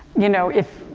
you know, if,